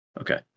Okay